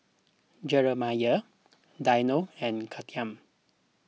Jeremiah Dino and Kathyrn